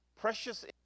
precious